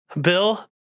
Bill